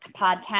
podcast